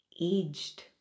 aged